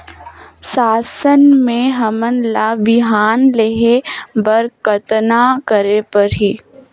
शासन से हमन ला बिहान लेहे बर कतना करे परही?